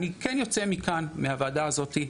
אני כן יוצא מכאן, מהוועדה הזאת,